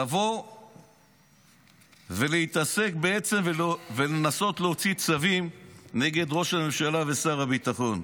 לבוא ולהתעסק ולנסות להוציא צווים נגד ראש הממשלה ושר הביטחון.